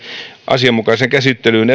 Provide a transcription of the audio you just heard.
asianmukaisen käsittelyn